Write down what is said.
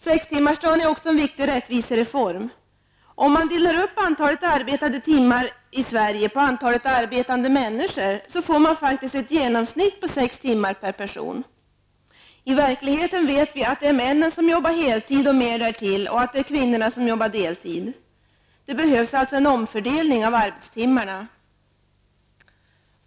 Sextimmarsdagen är också en viktig rättvisereform. Sverige på antalet arbetande människor, får man ett genomsnitt på sex timmar per person. I verkligheten vet vi att det är männen som jobbar heltid och mer därtill och att det är kvinnorna som jobbar deltid. Det behövs alltså en omfördelning av arbetstimmarna.